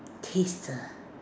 kiss the